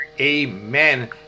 Amen